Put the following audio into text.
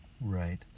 Right